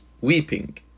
weeping